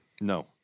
No